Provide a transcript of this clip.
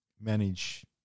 manage